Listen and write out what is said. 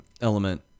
element